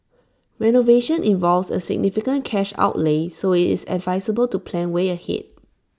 renovation involves A significant cash outlay so IT is advisable to plan way ahead